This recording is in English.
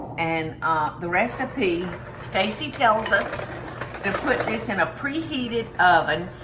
and the recipe stacy tells us to put this in a preheated oven,